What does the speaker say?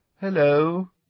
Hello